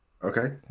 Okay